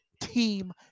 team